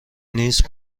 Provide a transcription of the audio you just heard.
نیست